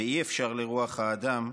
ואי-אפשר לרוח אדם,